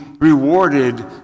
rewarded